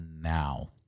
now